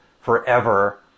forever